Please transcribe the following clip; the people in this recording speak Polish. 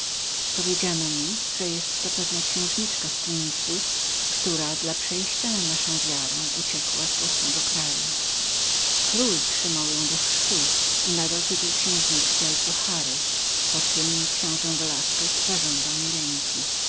powiedziano mi że była to pewna księżniczka z tunis która dla przejścia na naszą wiarę uciekła z własnego kraju król trzymał ją do chrztu i nadał jej tytuł księżniczki z alpuhary poczem książe velasquez zażądał jej ręki